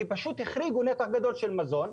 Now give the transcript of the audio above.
כי פשוט החריגו נתח גדול של מזון.